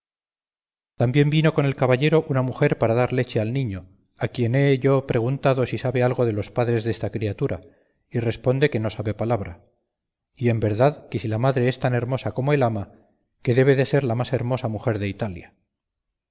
también vino con el caballero una mujer para dar leche al niño a quien he yo preguntado si sabe algo de los padres desta criatura y responde que no sabe palabra y en verdad que si la madre es tan hermosa como el ama que debe de ser la más hermosa mujer de italia